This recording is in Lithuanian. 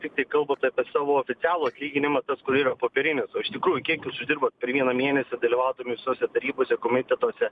tiktai kalbat apie savo oficialų atlyginimą tas kur yra popierinis o iš tikrųjų kiek jūs uždirbat per vieną mėnesį dalyvaudami visose tarybose komitetuose